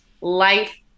Life